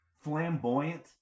flamboyant